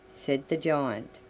said the giant.